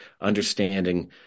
understanding